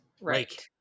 Right